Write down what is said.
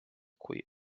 kui